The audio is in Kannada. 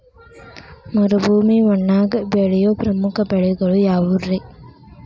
ಮರುಭೂಮಿ ಮಣ್ಣಾಗ ಬೆಳೆಯೋ ಪ್ರಮುಖ ಬೆಳೆಗಳು ಯಾವ್ರೇ?